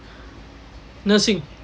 nursing